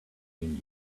mean